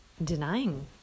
denying